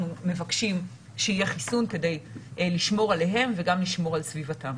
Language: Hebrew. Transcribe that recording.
מבקשים שיהיה חיסון כדי לשמור עליהם וגם לשמור על סביבתם.